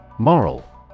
Moral